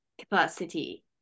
capacity